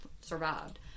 survived